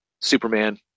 Superman